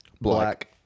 Black